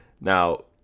now